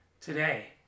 today